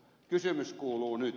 kysymys kuuluu nyt